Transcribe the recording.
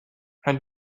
and